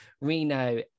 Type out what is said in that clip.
Reno